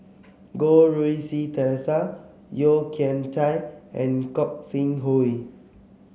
Goh Rui Si Theresa Yeo Kian Chai and Gog Sing Hooi